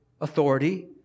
authority